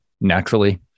naturally